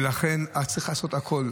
ולכן צריך לעשות הכול,